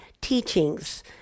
teachings